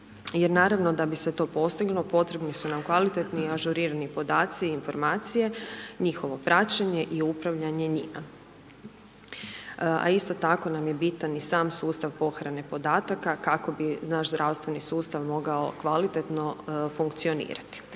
jer naravno, da bi se to postiglo, potrebni su nam kvalitetni i ažurirani podaci i informacije, njihovo praćenje i upravljanje njima, a isto tako nam je bitan i sam sustav pohrane podataka, kako bi naš zdravstveni sustav mogao kvalitetno funkcionirati.